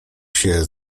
się